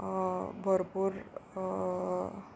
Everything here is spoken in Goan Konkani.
भरपूर